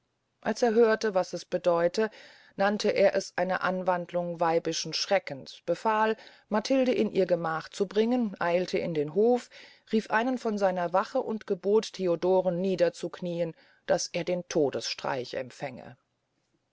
als er hörte was es bedeute nannte er es eine anwandlung weibischen schreckens befahl matilden in ihr gemach zu bringen eilte auf den hof rief einen von seiner wache und gebot theodoren nieder zu knien daß er den todesstreich empfänge